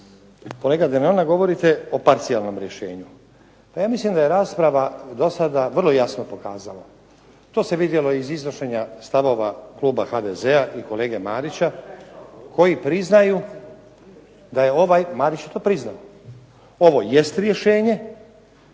Kolega Denona govorite o parcijalnom rješenju, a ja mislim da je rasprava dosada vrlo jasno pokazala. To se vidjelo i iznošenja stavova kluba HDZ-a i kolege Marića koji priznaju da je ovaj, Marić je to priznao, ovo jest rješenje,